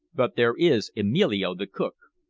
but there is emilio, the cook?